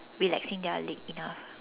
relaxing their leg enough